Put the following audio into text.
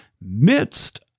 midst